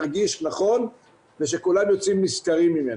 רגיש ושכולם יוצאים נשכרים ממנו.